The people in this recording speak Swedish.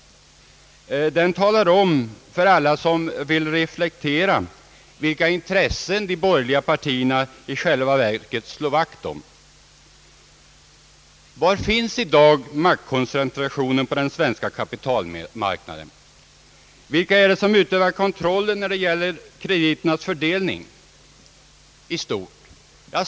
Den talar om för alla som vill reflektera vilka intressen de borgerliga partierna i själva verket slår vakt om. Var finns i dag maktkoncentrationen på den svenska kapitalmarknaden? Vilka är det som utövar kontrollen när det gäller kreditfördelningen i stort?